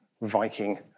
Viking